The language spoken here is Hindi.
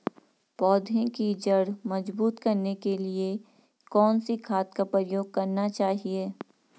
पौधें की जड़ मजबूत करने के लिए कौन सी खाद का प्रयोग करना चाहिए?